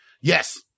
yes